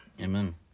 Amen